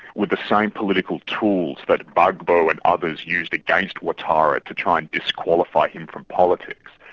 were the same political tools that gbagbo and others used against ouattara to try and disqualify him from politics.